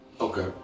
okay